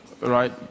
Right